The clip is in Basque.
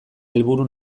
helburu